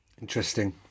Interesting